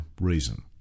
reason